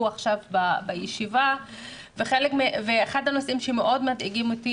עכשיו בישיבה ואחד הנושאים שמאוד מדאיגים אותי,